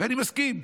אני מסכים.